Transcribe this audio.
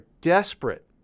desperate